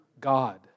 God